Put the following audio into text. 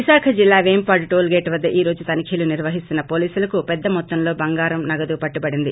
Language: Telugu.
విశాఖ జిల్లా పేంపాడు టోల్ గేట్ వద్ద ఈరోజు తనిఖీలు నిర్వహిస్తున్న పోలీసులకు పెద్దమొత్తంలో బంగారం నగదు పట్టుబడింది